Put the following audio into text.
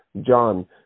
John